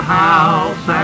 house